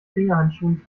fingerhandschuhen